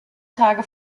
tage